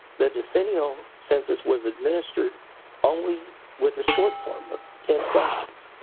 the decennial census was administered only with the short form, the ten questions.